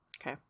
Okay